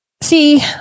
See